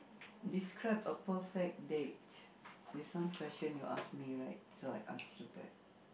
describe a perfect date this one question you ask me right so I ask you back